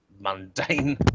mundane